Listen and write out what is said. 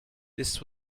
this